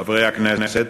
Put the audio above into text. חברי הכנסת,